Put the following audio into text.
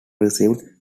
received